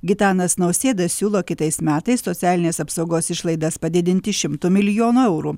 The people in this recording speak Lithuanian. gitanas nausėda siūlo kitais metais socialinės apsaugos išlaidas padidinti šimtu milijonų eurų